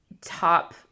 top